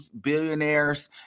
billionaires